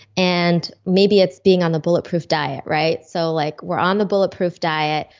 and maybe it's being on the bulletproof diet, right? so like we're on the bulletproof diet,